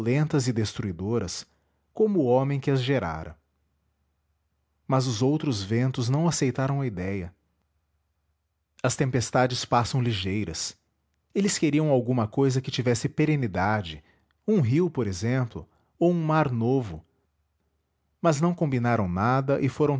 violentas e destruidoras como o homem que as gerara mas os outros ventos não aceitaram a idéia as tempestades passam ligeiras eles queriam alguma cousa que tivesse perenidade um rio por exemplo ou um mar novo mas não combinaram nada e foram